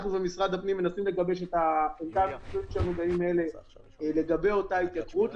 אנחנו ומשרד הפנים מנסים לגבש את העמדה בימים אלה לגבי אותה התייקרות.